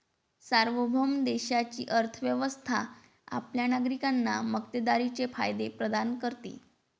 सार्वभौम देशाची अर्थ व्यवस्था आपल्या नागरिकांना मक्तेदारीचे फायदे प्रदान करते